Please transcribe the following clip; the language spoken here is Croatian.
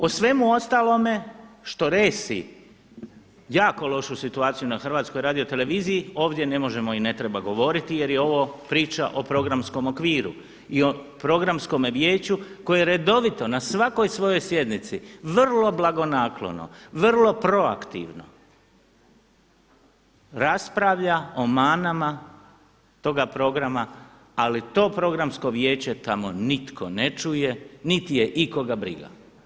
O svemu ostalome što resi jako lošu situaciju na HRT-u ovdje ne možemo i ne treba govoriti jer je ovo priča o programskom okviru i o Programskome vijeću koje redovito na svakoj sjednici vrlo blagonaklono, vrlo proaktivno raspravlja o manama toga programa, a to Programsko vijeće tamo nitko ne čuje, niti je ikoga briga.